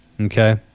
Okay